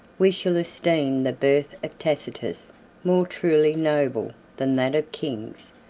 we shall esteem the birth of tacitus more truly noble than that of kings.